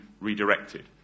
redirected